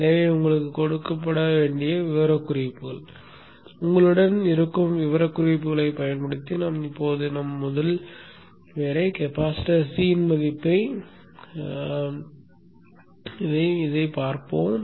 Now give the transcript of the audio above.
எனவே இவை உங்களுக்குக் கொடுக்கப்பட்ட விவரக்குறிப்புகள் உங்களுடன் இருக்கும் விவரக்குறிப்புகளைப் பயன்படுத்தி நாம் இப்போது நம் முதல் வேலை கெபாசிட்டர் c இன் மதிப்பிற்கு வந்துள்ளோம்